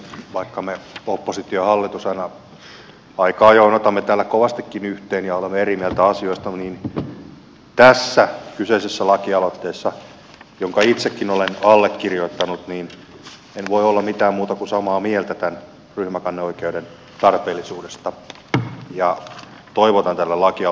vaikka oppositio ja hallitus aina aika ajoin ottavat täällä kovastikin yhteen ja olemme eri mieltä asioista niin tässä kyseisessä lakialoitteessa jonka itsekin olen allekirjoittanut en voi olla mitään muuta kuin samaa mieltä tämän ryhmäkanneoikeuden tarpeellisuudesta ja toivotan tälle laki aloitteelle menestystä